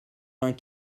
vingt